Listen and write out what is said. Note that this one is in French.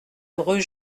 rue